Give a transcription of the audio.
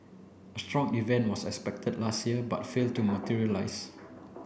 a strong event was expected last year but failed to materialize